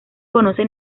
conoce